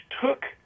took